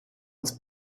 als